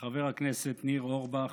חבר הכנסת ניר אורבך,